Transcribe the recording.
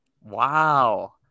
Wow